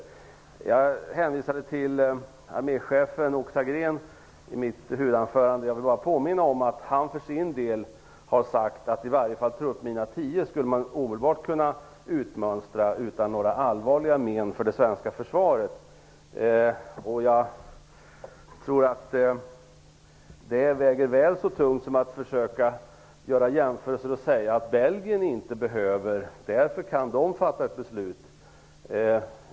Jag hänvisade till arméchefen Åke Sagrén i mitt huvudanförande. Jag vill bara påminna om att han för sin del har sagt att man skulle kunna utmönstra i varje fall truppmina 10 omedelbart utan några allvarliga men för det svenska försvaret. Jag tror att det väger väl så tungt som när man försöker göra jämförelser och säger att Belgien inte behöver minor och därför kan fatta ett beslut om förbud.